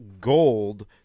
gold